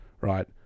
right